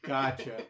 Gotcha